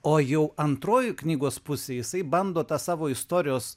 o jau antrojoj knygos pusėj jisai bando tą savo istorijos